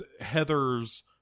Heather's